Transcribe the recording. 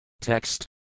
Text